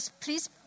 please